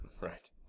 Right